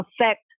affect